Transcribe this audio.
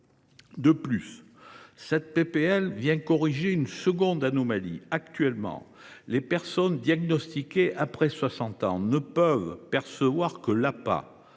les délais. Ce texte vient corriger une seconde anomalie. Actuellement, les personnes diagnostiquées après 60 ans ne peuvent percevoir que l’APA,